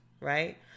right